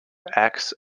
acts